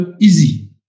easy